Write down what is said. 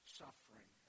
suffering